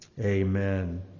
Amen